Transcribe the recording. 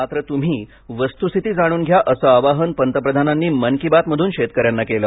मात्र तुम्ही वस्तुस्थिती जाणून घ्या असं आवाहन पंतप्रधानांनी मन की बात मधून शेतकऱ्यांना केलं